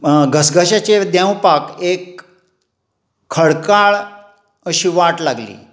घसघश्याचेर देंवपाक एक खडपाळ अशी वाट लागली